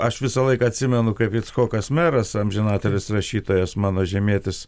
aš visąlaik atsimenu kaip icchokas meras amžinatilis rašytojas mano žemietis